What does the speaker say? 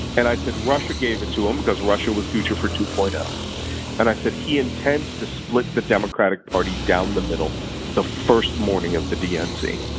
and i said, russia gave it to him, because russia was guccifer two. zero. um and i said, he intends to split the democratic party down the middle the first morning of the dnc.